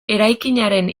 eraikinaren